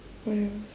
what else